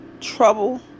trouble